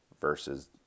versus